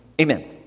Amen